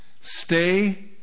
Stay